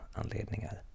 anledningar